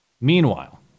Meanwhile